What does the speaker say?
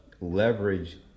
leverage